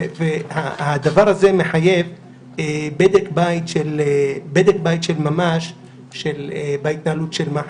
הדבר הזה מחייב בדק בית של ממש בהתנהלות של מח"ש.